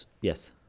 Yes